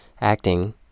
acting